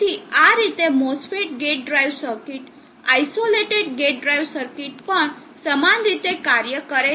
તેથી આ રીતે MOSFET gate drive circuit isolated gate drive circuit પણ સમાન રીતે કાર્ય કરે છે